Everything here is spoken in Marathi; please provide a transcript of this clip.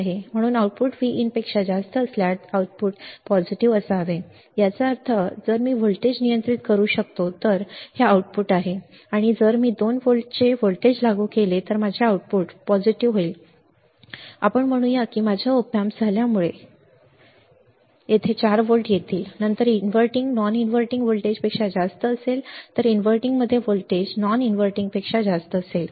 म्हणून आउटपुट Vin पेक्षा जास्त असल्यास आउटपुट सकारात्मक असावे याचा अर्थ जर मी हे व्होल्टेज नियंत्रित करू शकतो तर हे आउटपुट आहे आणि जर मी 2 व्होल्टचे व्होल्टेज लागू केले तर माझे आउटपुट आता सकारात्मक होईलआता हे बनते आपण म्हणूया की माझ्या op amp झाल्यामुळे येथे 4 व्होल्ट्स येतील नंतर इनव्हर्टिंग नॉन इनव्हर्टिंग व्होल्टेजपेक्षा जास्त असेल इनव्हर्टिंगमध्ये व्होल्टेज नॉन इनव्हर्टिंगपेक्षा जास्त असेल